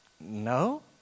no